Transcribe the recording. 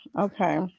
okay